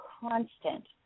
constant